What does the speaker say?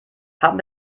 haben